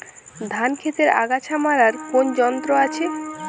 ধান ক্ষেতের আগাছা মারার কোন যন্ত্র আছে?